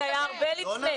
זה היה הרבה לפני.